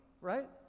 right